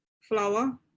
flour